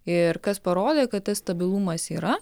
ir kas parodė kad tas stabilumas yra